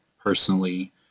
personally